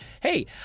hey